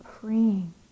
freeing